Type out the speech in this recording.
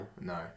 No